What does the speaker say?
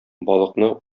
балыкны